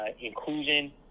inclusion